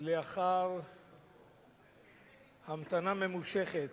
לאחר המתנה ממושכת.